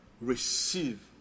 Receive